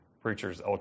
preachers